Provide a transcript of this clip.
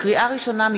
לקריאה ראשונה,